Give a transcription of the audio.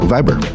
Viber